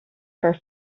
her